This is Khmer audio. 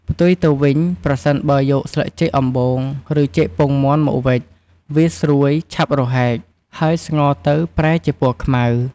ផ្ទុយទៅវិញប្រសិនបើយកស្លឹកចេកអំបូង ឬចេកពងមាន់មកវេច វាស្រួយឆាប់រហែក ហើយស្ងោរទៅប្រែជាពណ៌ខ្មៅ។